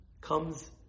comes